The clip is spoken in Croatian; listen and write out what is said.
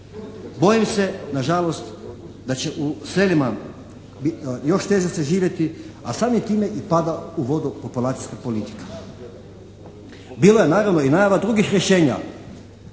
Bojim se nažalost da će u selima još teže se živjeti a samim time i pada u vodu populacijska politika. Bilo je naravno i najava drugih rješenja